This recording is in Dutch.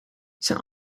zijn